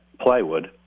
plywood